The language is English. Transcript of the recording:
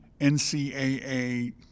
NCAA